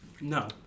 No